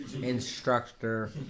instructor